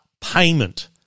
payment